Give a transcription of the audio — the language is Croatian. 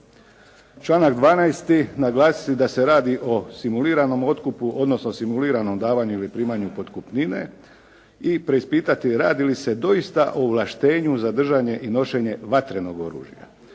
Članak 12. Naglasiti da se radi o simuliranom otkupu odnosno simuliranom davanju ili primanju potkupnine i preispitati radi li se doista o ovlaštenju za držanje i nošenje vatrenog oružja.